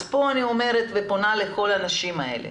כאן אני פונה לכל הנשים האלה,